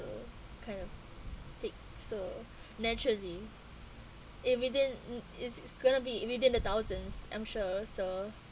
kind of take so naturally in within mm it's going to be in within the thousands I'm sure so